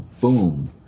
boom